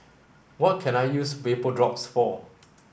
what can I use Vapodrops for